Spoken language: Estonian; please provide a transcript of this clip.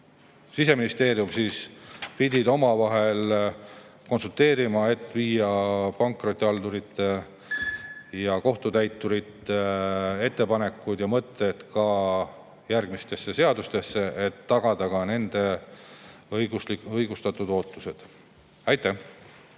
Siseministeerium [hakkavad] omavahel konsulteerima, et viia pankrotihaldurite ja kohtutäiturite ettepanekud ja mõtted järgmistesse seadustesse, et ka nende õigustatud ootustele